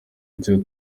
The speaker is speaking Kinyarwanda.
byo